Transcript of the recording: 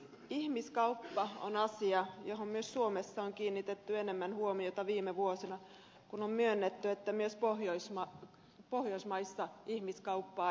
ihmiskauppa on asia johon myös suomessa on kiinnitetty enemmän huomiota viime vuosina kun on myönnetty että myös pohjoismaissa ihmiskauppaa esiintyy